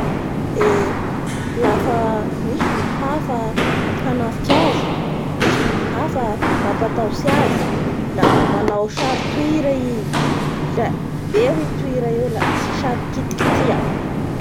Eee! Lafa misy biby hafa hanafiky azy, misy biby haf mamapataotsy azy la manao sary toira i la eo i toira eo la tsy saky kitikitia,